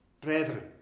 brethren